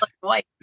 white